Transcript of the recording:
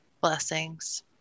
blessings